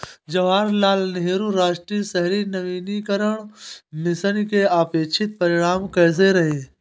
जवाहरलाल नेहरू राष्ट्रीय शहरी नवीकरण मिशन के अपेक्षित परिणाम कैसे रहे?